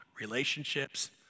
relationships